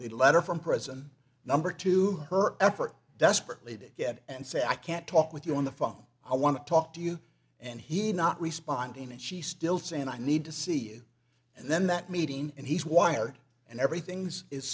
the letter from prison number two her effort desperately to get and say i can't talk with you on the phone i want to talk to you and he not responding and she still saying i need to see you and then that meeting and he's wired and everything's is